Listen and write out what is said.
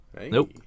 Nope